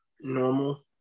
normal